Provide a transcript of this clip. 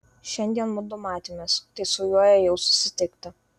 šiandien mudu matėmės tai su juo ėjau susitikti